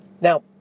Now